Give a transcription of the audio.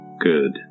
Good